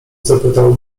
zapytał